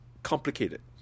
Complicated